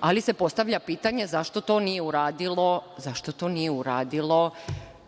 zločina. Postavlja se pitanje zašto to nije uradilo